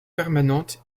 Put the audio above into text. permanente